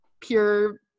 pure